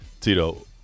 Tito